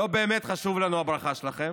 לא באמת חשובה לנו הברכה שלכם.